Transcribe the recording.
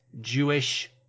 Jewish